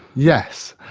yes.